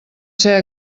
ser